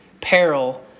peril